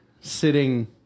sitting